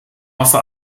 masse